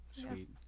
sweet